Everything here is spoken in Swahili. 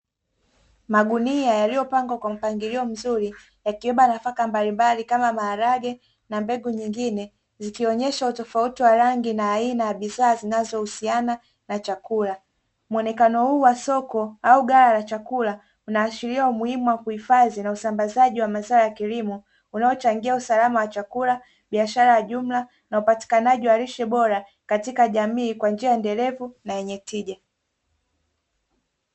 Magunia yaliyopangwa kwa mpangilio mzuri yakibeba nafaka mbalimbali kama; Maharage na mbegu nyingine zikionesha utofauti wa rangi na aina ya bidhaa zinazohusiana na chakula. Muonekano huu wa soko au ghala la chakula unaashiria umuhimu wa kuhifadhi na usambazaji wa mazao ya kilimo, unaochangia usalama wa chakula, biashara ya jumla, na upatikanaji wa lishe bora katika jamii kwa njia endelevu na yenye tija.